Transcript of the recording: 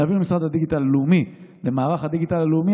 להעביר ממשרד הדיגיטל הלאומי למערך הדיגיטל הלאומי,